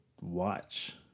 watch